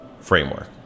framework